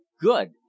good